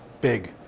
big